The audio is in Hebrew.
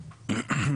בנק.